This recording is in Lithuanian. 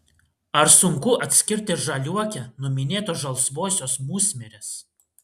ar sunku atskirti žaliuokę nuo minėtos žalsvosios musmirės